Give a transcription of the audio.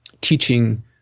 teaching